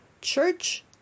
church